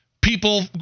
people